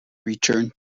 return